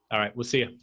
all right. we'll see ah